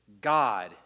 God